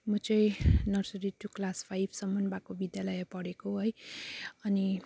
म चाहिँ nursery to class फाइभसम्म भएको विद्यालय पढेको है अनि